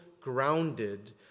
grounded